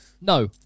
no